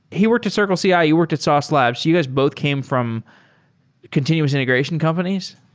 he worked at circleci. ah you worked at sauce labs. you guys both came from continuous integration companies?